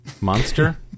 Monster